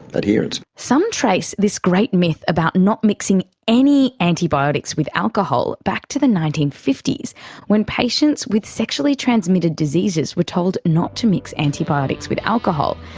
adherence. some trace this great myth about not mixing any antibiotics with alcohol back to the nineteen fifty when patients with sexually transmitted diseases were told not to mix antibiotics with alcohol.